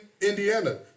Indiana